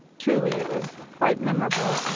truly, it was quite memorable.